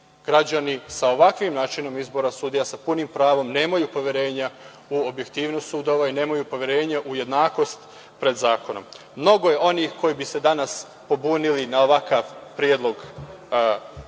Građani sa ovakvim načinom izbora sudija sa punim pravom nemaju poverenje u objektivnost sudova i nemaju poverenje u jednakost pred zakonom. Mnogo je onih koji bi se danas pobunili na ovakav predlog. Mnogi